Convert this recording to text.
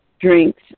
drinks